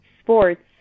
sports